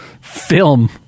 Film